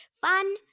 Fun